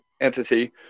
entity